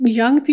young